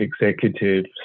executive's